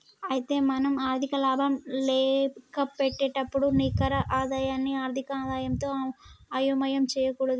అయితే మనం ఆర్థిక లాభం లెక్కపెట్టేటప్పుడు నికర ఆదాయాన్ని ఆర్థిక ఆదాయంతో అయోమయం చేయకూడదు